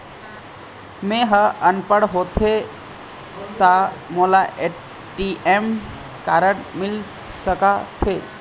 मैं ह अनपढ़ होथे ता मोला ए.टी.एम कारड मिल सका थे?